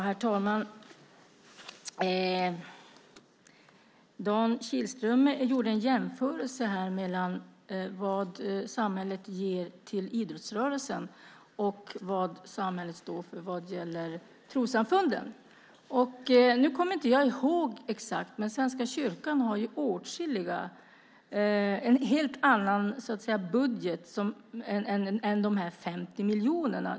Herr talman! Dan Kihlström gjorde en jämförelse mellan vad samhället ger till idrottsrörelsen och vad samhället står för vad gäller trossamfunden. Nu kommer inte jag ihåg exakt, men Svenska kyrkan har ju en helt annan budget än de 50 miljonerna.